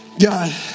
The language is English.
God